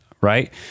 right